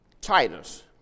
Titus